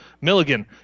Milligan